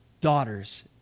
daughters